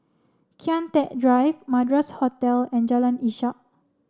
Kian Teck Drive Madras Hotel and Jalan Ishak